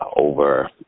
over